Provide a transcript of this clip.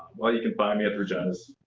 well you can find me at regina's